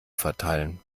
verteilen